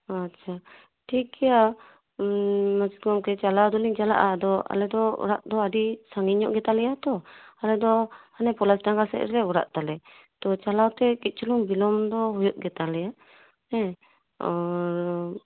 ᱟᱪᱪᱷᱟ ᱴᱷᱤᱠᱜᱮᱭᱟ ᱜᱚᱝᱠᱮ ᱪᱟᱞᱟᱣ ᱫᱚᱞᱣᱤᱧ ᱪᱟᱞᱟᱜᱼᱟ ᱟᱫᱚ ᱟᱞᱮ ᱫᱚ ᱚᱲᱟᱜ ᱫᱚ ᱟᱹᱰᱤ ᱥᱟᱺᱜᱤᱧ ᱧᱚᱜ ᱜᱮᱛᱟᱞᱮᱭᱟ ᱛᱚ ᱟᱞᱮ ᱫᱚ ᱦᱟᱱᱮ ᱯᱚᱞᱟᱥ ᱰᱟᱸᱜᱟ ᱥᱮᱫᱨᱮ ᱚᱲᱟᱜ ᱛᱟᱞᱮ ᱛᱚ ᱪᱟᱞᱟᱣᱛᱮ ᱠᱟᱹᱡ ᱪᱩᱞᱩᱝ ᱵᱤᱞᱚᱢ ᱫᱚ ᱦᱩᱭᱩᱜ ᱜᱮᱛᱟᱞᱮᱭᱟ ᱦᱮᱸ ᱟᱨ